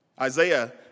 Isaiah